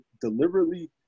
deliberately